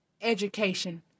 education